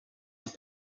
have